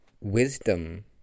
Wisdom